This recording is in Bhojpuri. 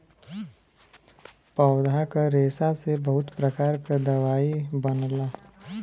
पौधा क रेशा से बहुत प्रकार क दवाई बनला